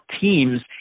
teams